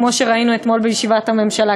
כמו שראינו אתמול בישיבת הממשלה.